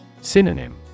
Synonym